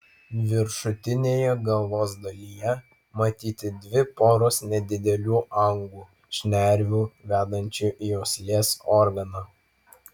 viršutinėje galvos dalyje matyti dvi poros nedidelių angų šnervių vedančių į uoslės organą